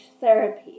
therapy